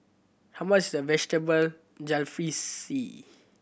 how much is Vegetable Jalfrezi